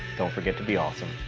don't forget to be awesome.